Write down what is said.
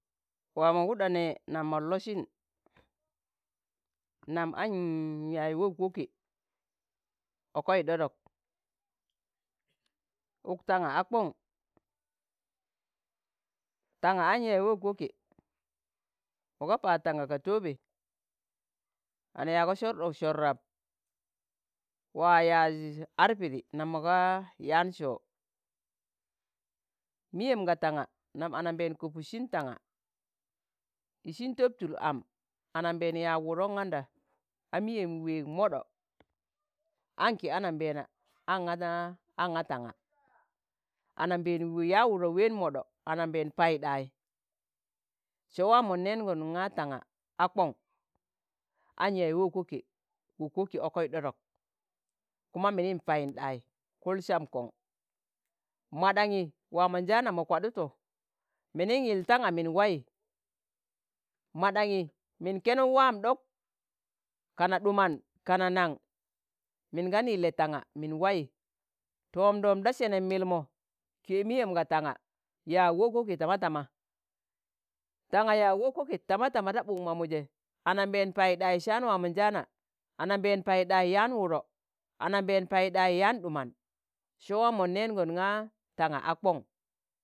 wạa mo wuɗa ne nạm mon losin, nam an nyaaz wok- woke, okoi ɗoɗok, uk tạnga a kong, tạnga a̱n yaaz wok- woke moga pạad tạnga ka tọobee kan yaago sor ɗok sor rab waa yaaz z ar Pidi nam mo ga yaan sọo, miyem ga ta̱nga nam anambeen kopudsin tạnga, ịsin tọb tul am anambeena yạag wudon kạnda a miyem weeg moɗo anki anambeena anga tanga, anambeena yaan wudo wẹen moɗo anambeena paiɗai. se wa̱a mo nenon nga tanga a kong an yaaz wok- woke, wok- woke okai ɗodok kuma minin payinɗai kul sam kong mo ɗanyi waamonjaana mo kwaɗuto, minin yil tanga min wayi mo ɗanyi min kenuk wa̱am ɗok kana ɗuman kana nang? min gan yile tanga min wayi, tomdom da senem milmo ke' miyem ga tanga yaag wok- woke tama tama. Tanga yạag wok- woke tama tama da ɓuk mamuje anambeen Paiɗai sạan waamonjaana, anambeen Paiɗai yaan wudo, anambeen Paiɗai yaan ɗuman, se wa̱amon nengon nga tanga a kong.